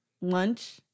lunch